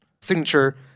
Signature